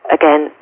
again